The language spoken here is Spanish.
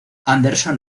anderson